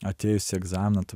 atėjus į egzaminą tu